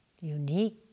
Unique